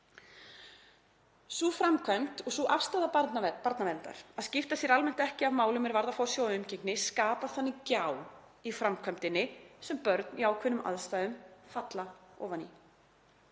Sú framkvæmd og sú afstaða barnaverndar að skipta sér almennt ekki af málum er varða forsjá og umgengni skapar þannig gjá í framkvæmdinni sem börn í ákveðnum aðstæðum falla ofan í.